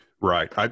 Right